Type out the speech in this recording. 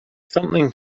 something